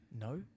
no